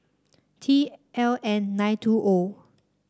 T L N nine two O